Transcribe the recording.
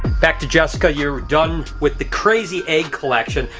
back to jessica, you're done with the crazy egg collection,